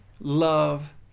love